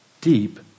deep